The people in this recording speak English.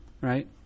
right